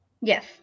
Yes